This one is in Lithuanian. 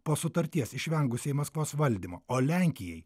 po sutarties išvengusiai maskvos valdymo o lenkijai